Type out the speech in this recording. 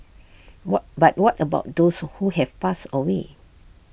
what but what about those who have passed away